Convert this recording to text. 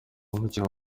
umukino